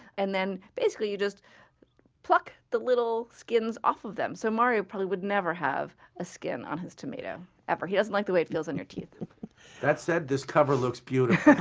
and then basically you just pluck the little skins off of them. so mario probably would never have a skin on his tomato ever. he doesn't like the way it feels on your teeth that said, this cover looks beautiful